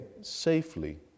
safely